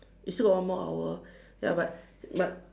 we still got one more hour ya but but